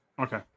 Okay